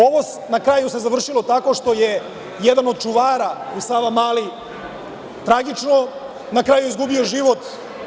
Ovo se na kraju završilo tako što je jedan od čuvara u Savamali tragično na kraju izgubio život.